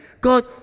God